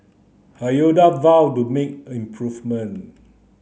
vowed to make improvement